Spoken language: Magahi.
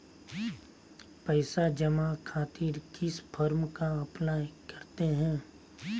पैसा जमा खातिर किस फॉर्म का अप्लाई करते हैं?